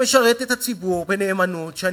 שמשרת את הציבור בנאמנות שנים.